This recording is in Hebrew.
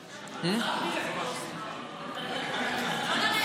וסרלאוף, אל תרד עכשיו.